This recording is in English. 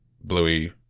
Bluey